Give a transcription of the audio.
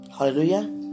Hallelujah